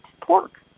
pork